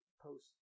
post